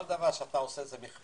כל דבר שאתה עושה זה מכפלות.